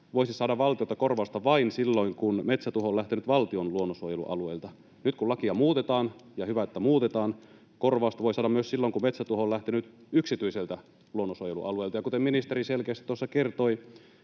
voisi saada valtiolta korvausta vain silloin, kun metsätuho on lähtenyt valtion luonnonsuojelualueelta. Nyt kun lakia muutetaan — ja hyvä, että muutetaan — korvausta voi saada myös silloin, kun metsätuho on lähtenyt yksityiseltä luonnonsuojelualueelta. Ja kuten ministeri selkeästi tuossa kertoi,